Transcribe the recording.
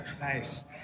nice